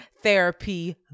therapy